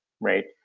right